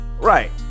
Right